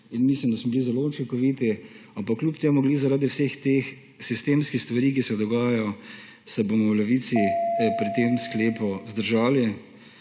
in mislim, da smo bili učinkoviti, pa kljub temu ravno zaradi vseh teh sistemskih stvari, ki se dogajajo, se bomo v Levici pri tem sklepu vzdržali.